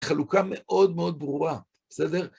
חלוקה מאוד מאוד ברורה, בסדר?